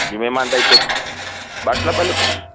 जिनमें मां ॾेई कुझु बाटला ॿ लिखोसि